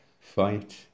fight